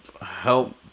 help